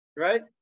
Right